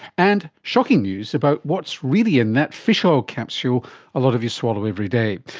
and shocking news about what's really in that fish oil capsule a lot of you swallow every day.